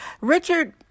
Richard